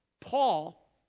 Paul